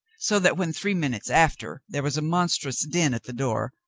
so that when three minutes after there was a monstrous din at the door,